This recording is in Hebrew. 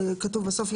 בסוף כתוב: "...